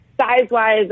size-wise